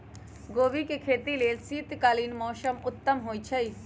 गोभी के खेती लेल शीतकालीन मौसम उत्तम होइ छइ